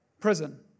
prison